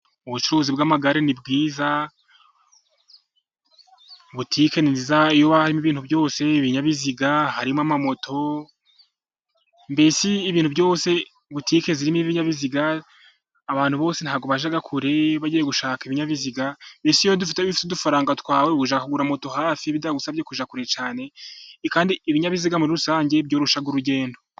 Ubucuruzi bw'amagare ni bwiza. Butike ni nziza iyo harimo ibintu byose byose, ibyabiziga, harimo moto, mbese ibintu byose. Butike zirimo ibinyabiziga abantu bose nta bwo bajya kure bagiye gushaka ibinyabiziga mbese iyo udufite udufaranga twawe ujya kugura moto hafi, bitagusabye kujya kure cyane. Ibinyabiziga muri rusange byoroshya urugendo.